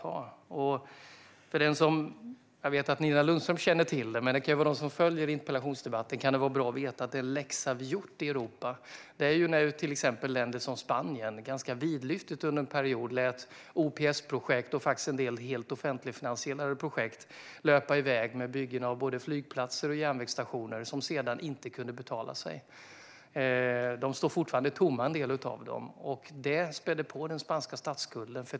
Jag vet att Nina Lundström känner till detta, men för dem som följer interpellationsdebatten kan det vara bra att veta att vi fått en läxa i Europa när länder som Spanien under en period ganska vidlyftigt lät OPS-projekt och en del helt offentligfinansierade projekt löpa iväg. Det handlade om byggen av både flygplatser och järnvägsstationer, som sedan inte betalade sig. En del av dem står fortfarande tomma, och det spädde på den spanska statsskulden.